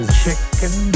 chicken